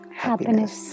happiness